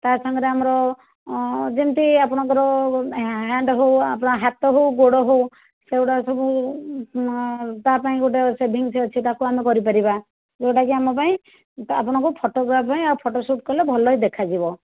ତା ସାଙ୍ଗରେ ଆମର ଯେମିତି ଆପଣଙ୍କର ହ୍ୟାଣ୍ଡ ହେଉ ବା ହାତ ହେଉ ଗୋଡ଼ ହେଉ ସେଗୁଡ଼ା ସବୁ ତା ପାଇଁ ଗୋଟେ ଶେଭିଂସ ଅଛି ତାକୁ ଆମେ କରିପାରିବା ଯେଉଁଟା କି ଆମ ପାଇଁ ଆପଣଙ୍କୁ ଫଟୋଗ୍ରାଫ ପାଇଁ ଫଟୋସୁଟ୍ ପାଇଁ ଭଲ ଦେଖାଯିବ